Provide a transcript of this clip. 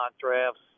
drafts